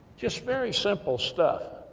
just very simple stuff.